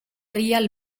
real